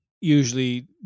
usually